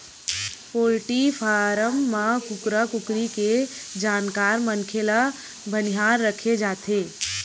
poultry farm म कुकरा कुकरी के जानकार मनखे ल बनिहार राखे जाथे